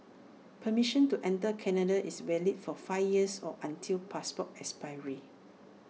permission to enter Canada is valid for five years or until passport expiry